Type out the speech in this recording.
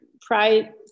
pride